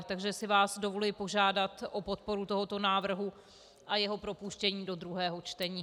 Takže si vás dovoluji požádat o podporu tohoto návrhu a jeho propuštění do druhého čtení.